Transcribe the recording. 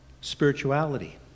Spirituality